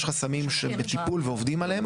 יש חסמים שהם בטיפול ואנחנו עובדים עליהם,